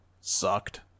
sucked